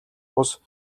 бус